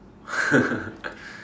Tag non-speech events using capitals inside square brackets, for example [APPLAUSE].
[LAUGHS]